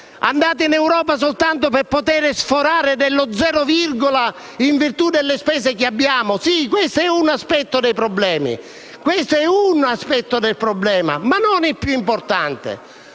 Andate in Europa soltanto per chiedere di poter sforare il bilancio dello zero virgola, in virtù delle spese che abbiamo. Sì, questo è un aspetto del problema, ma non è il più importante.